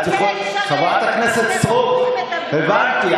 חברת הכנסת סטרוק, הבנתי.